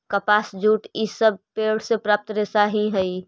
कपास, जूट इ सब पेड़ से प्राप्त रेशा ही हई